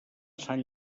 sant